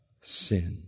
sin